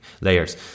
layers